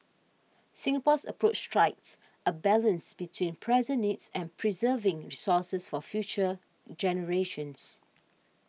Singapore's approach strikes a balance between present needs and preserving resources for future generations